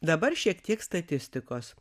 dabar šiek tiek statistikos